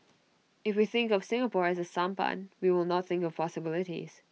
if we think of Singapore as A sampan we will not think of possibilities